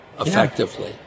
effectively